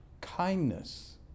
kindness